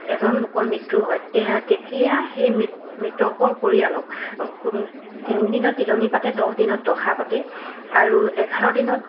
এজন লোকৰ মৃত্যু হয় তেওঁ তেতিয়া সেই মি মৃতকৰ পৰিয়ালক কোন তিনিদিনত তিলনী পাতে দহদিনত দহা পাতে আৰু এঘাৰ দিনত